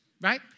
right